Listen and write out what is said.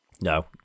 No